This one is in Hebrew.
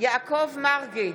יעקב מרגי,